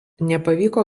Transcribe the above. nepavyko